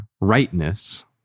rightness